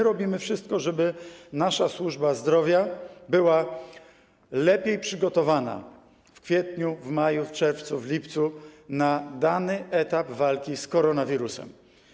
Robimy wszystko, żeby nasza służba zdrowia była lepiej przygotowana w kwietniu, w maju, w czerwcu, w lipcu na dany etap walki z koronawirusem.